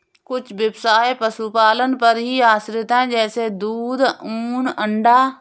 कुछ ब्यवसाय पशुपालन पर ही आश्रित है जैसे दूध, ऊन, अंडा